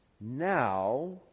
Now